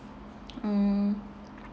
mm